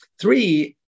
Three